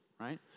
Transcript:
right